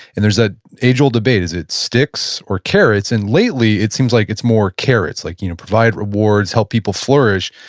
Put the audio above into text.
and there's that ah age-old debate. is it sticks or carrots? and lately, it seems like it's more carrots. like you know provide rewards. help people flourish.